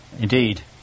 indeed